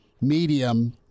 medium